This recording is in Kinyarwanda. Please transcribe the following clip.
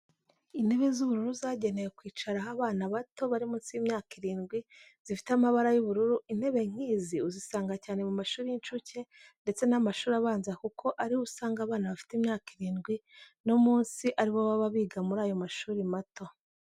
Intebe z'ubururu zagenewe kwicaraho abana bato bari munsi y'imyaka irindwi zifite amabara y'ubururu, intebe nk'izi uzisanga cyane mu mashuri y'incuke ndetse n'amashuri abanza kuko ariho usanga abana bafite imyaka irindwi no munsi ari bo baba biga muri ayo mashuri mato.